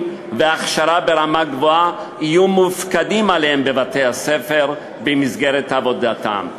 והכשרה ברמה גבוהה יהיו מופקדים עליהם בבית-הספר במסגרת עבודתם,